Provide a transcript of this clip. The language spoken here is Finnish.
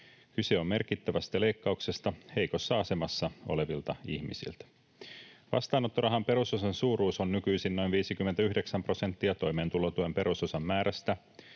Kyse on merkittävästä leikkauksesta heikossa asemassa olevilta ihmisiltä. Vastaanottorahan perusosan suuruus on nykyisin noin 59 prosenttia toimeentulotuen perusosan määrästä,